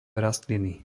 rastliny